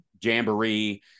jamboree